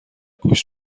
گوشت